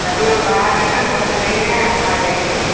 अभी हम बाहर है ना घर पर नहीं हैं आ जाएँगे